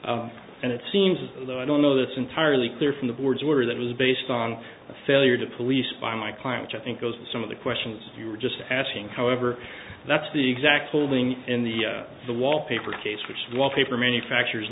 switch and it seems as though i don't know that's entirely clear from the boards were that was based on a failure to police by my client which i think goes to some of the questions you were just asking however that's the exact pulling in the the wallpaper case which wallpaper manufacture